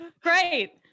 great